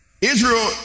Israel